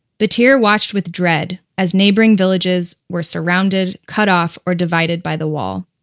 battir watched with dread as neighboring villages were surrounded, cut off or divided by the wall.